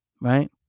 right